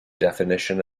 definition